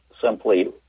simply